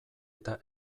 eta